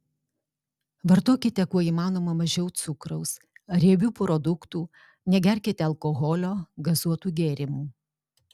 vartokite kuo įmanoma mažiau cukraus riebių produktų negerkite alkoholio gazuotų gėrimų